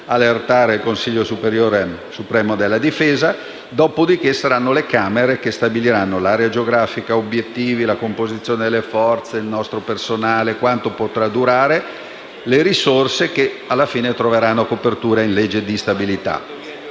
allertare il Consiglio supremo della difesa; dopodiché saranno le Camere a stabilire l'area geografica, gli obiettivi, la composizione delle forze, il nostro personale, la durata e le risorse che, alla fine, troveranno copertura in legge di stabilità.